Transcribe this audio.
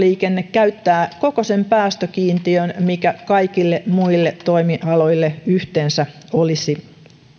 lentoliikenne käyttää koko sen päästökiintiön mikä kaikille muille toimialoille yhteensä olisi